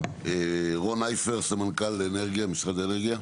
רון אייפר, סמנכ"ל אנרגיה, משרד האנרגיה.